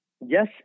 Yes